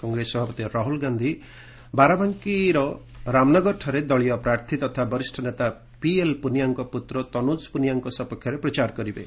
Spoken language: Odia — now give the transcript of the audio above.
କଂଗ୍ରେସ ସଭାପତି ରାହୁଲ ଗାନ୍ଧୀ ବାରାବାଙ୍କୀର ରାମନଗରଠାରେ ଦଳୀୟ ପ୍ରାର୍ଥୀ ତଥା ବରିଷ ନେତା ପିଏଲ ପୁନିଆଁଙ୍କ ପୁତ୍ର ତନୁଜ ପୁନିଆଁଙ୍କ ସପକ୍ଷରେ ପ୍ରଚାର କରିବେ